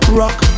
rock